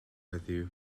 heddiw